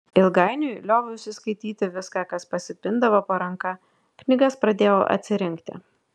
ilgainiui lioviausi skaityti viską kas pasipindavo po ranka knygas pradėjau atsirinkti